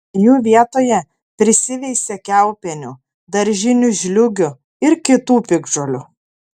jų vietoje prisiveisia kiaulpienių daržinių žliūgių ir kitų piktžolių